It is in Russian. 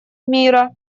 мира